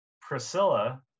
Priscilla